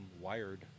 wired